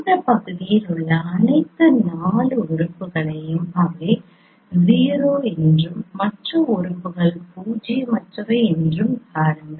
இந்த பகுதியில் உள்ள அனைத்து 4 உறுப்புகளையும் அவை 0 என்றும் மற்ற உறுப்புகள் பூஜ்ஜியமற்றவை என்றும் பாருங்கள்